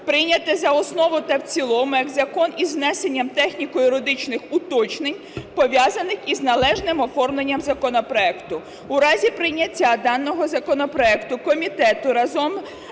прийняти за основу та в цілому як закон із внесенням техніко-юридичних уточнень, пов'язаних із належним оформленням законопроекту. У разі прийняття даного законопроекту комітету разом